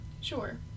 Sure